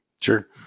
sure